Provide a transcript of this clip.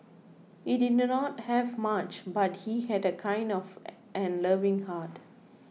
he did not have much but he had a kind of and loving heart